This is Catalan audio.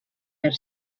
per